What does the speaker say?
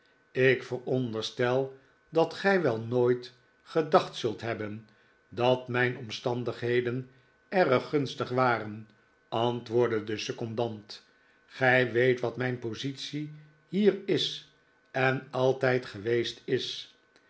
ik veronderstel dat gij wel nooit gedacht zult hebben dat mijn omstandigheden erg gunstig waren antwoordde de secondant gij weet wat mijn positie hier is en altijd geweest is